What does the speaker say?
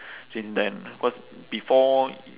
since then cause before